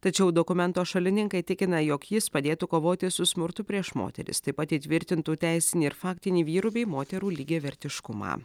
tačiau dokumento šalininkai tikina jog jis padėtų kovoti su smurtu prieš moteris taip pat įtvirtintų teisinį ir faktinį vyrų bei moterų lygiavertiškumą